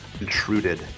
Intruded